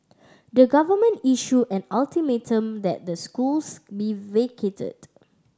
the government issue an ultimatum that the schools be vacated